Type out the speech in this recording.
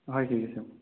হয় ঠিক আছে